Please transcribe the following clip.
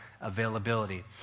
availability